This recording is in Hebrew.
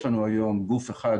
יש לנו היום גוף אחד